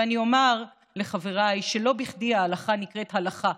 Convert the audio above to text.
ואני אומר לחבריי שלא בכדי ההלכה נקראת הלכה,